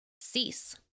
Cease